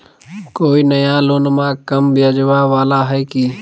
कोइ नया लोनमा कम ब्याजवा वाला हय की?